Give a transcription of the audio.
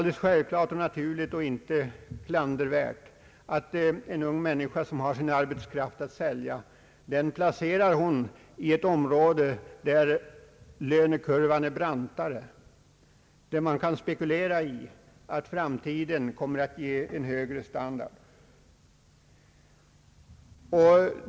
Det är naturligt och inte klandervärt att en ung människa, som har sin arbetskraft att sälja, placerar sig i ett område där lönekurvan är brantare och där hon kan spekulera i att framtiden kommer att ge en högre standard.